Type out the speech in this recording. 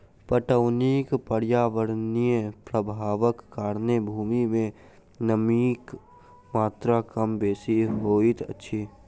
पटौनीक पर्यावरणीय प्रभावक कारणेँ भूमि मे नमीक मात्रा कम बेसी होइत अछि